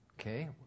Okay